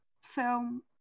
film